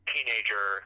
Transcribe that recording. teenager